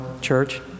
church